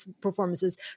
performances